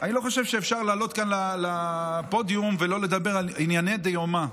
אני לא חושב שאפשר לעלות לכאן לפודיום ולא לדבר על ענייני דיומא.